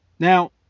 Now